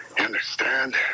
understand